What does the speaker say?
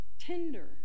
tender